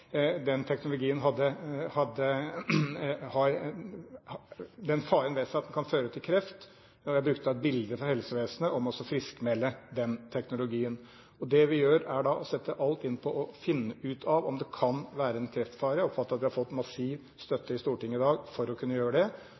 Den teknologien har den faren ved seg at den kan føre til kreft. Jeg brukte da et bilde fra helsevesenet, å «friskmelde» den teknologien. Det vi gjør, er da å sette alt inn på å finne ut om det kan være en kreftfare, og jeg oppfatter at jeg har fått massiv støtte i Stortinget i dag for å kunne gjøre det.